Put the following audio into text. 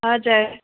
हजुर